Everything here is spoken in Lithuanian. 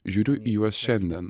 žiūriu į juos šiandien